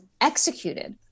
executed